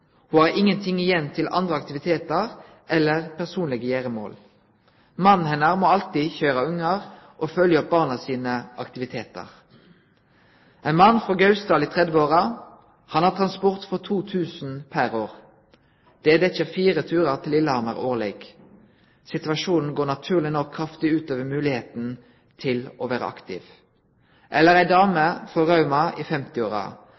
Ho har ingenting igjen til andre aktivitetar eller personlege gjeremål. Mannen hennar må alltid køyre ungar og følgje opp barna sine aktivitetar. Ein mann frå Gausdal i 30-åra har transport for 2 000 kr pr. år. Det dekkjer fire turar til Lillehammer årleg. Situasjonen går naturleg nok kraftig ut over moglegheita til å vere aktiv. Ei dame frå Rauma i